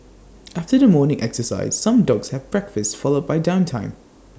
after the morning exercise some dogs have breakfast followed by downtime